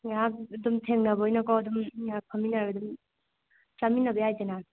ꯉꯥꯏꯍꯥꯛ ꯑꯗꯨꯝ ꯊꯦꯡꯅꯕ ꯑꯣꯏꯅꯀꯣ ꯑꯗꯨꯝ ꯉꯥꯏꯍꯥꯛ ꯐꯝꯃꯤꯟꯅꯔꯒ ꯑꯗꯨꯝ ꯆꯥꯃꯤꯟꯅꯕ ꯌꯥꯏꯗꯅ